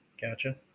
Gotcha